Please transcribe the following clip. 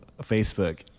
Facebook